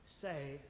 say